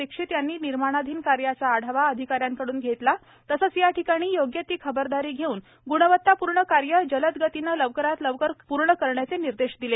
दीक्षित यांनी निर्माणाधीन कार्याचा आढावा अधिकाऱ्याकडून घेतला तसेच या ठिकाणी योग्य ती खबरदारी घेऊन ग्णवत्तापूर्ण कार्य जलद गतीने लवकरात लवकर कार्य पूर्ण करण्याचे निर्देश दिले